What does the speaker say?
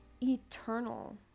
eternal